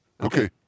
Okay